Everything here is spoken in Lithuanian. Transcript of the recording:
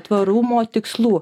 tvarumo tikslų